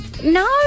No